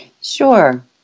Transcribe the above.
Sure